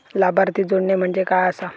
लाभार्थी जोडणे म्हणजे काय आसा?